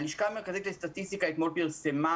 הלשכה המרכזית לסטטיסטיקה פרסמה אתמול